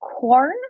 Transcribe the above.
Corn